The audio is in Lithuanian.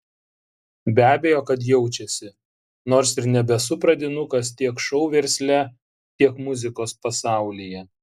be abejo kad jaučiasi nors ir nebesu pradinukas tiek šou versle tiek muzikos pasaulyje